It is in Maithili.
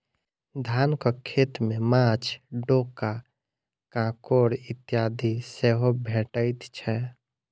धानक खेत मे माँछ, डोका, काँकोड़ इत्यादि सेहो भेटैत छै